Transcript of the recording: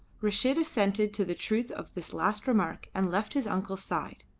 reshid assented to the truth of this last remark and left his uncle's side.